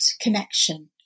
connection